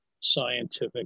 scientific